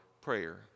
prayer